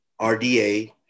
RDA